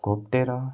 घोप्टिएर